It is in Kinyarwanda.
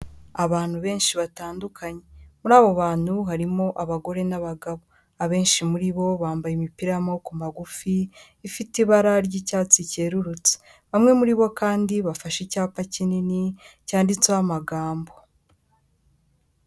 Abantu benshi batandukanye muri abo bantu harimo abagore n'abagabo, abenshi muri bo bambaye imipira y'amako magufi ifite ibara ry'icyatsi cyererutse, bamwe muri bo kandi bafashe icyapa kinini cyanditseho amagambo.